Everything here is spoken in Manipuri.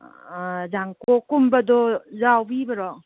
ꯑꯥ ꯌꯥꯡꯀꯣꯛ ꯀꯨꯝꯕꯗꯣ ꯌꯥꯎꯕꯤꯕ꯭ꯔꯣ